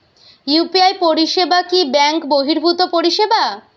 UPI পরিসেবা কি bank বর্হিভুত পরিসেবা?